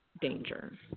danger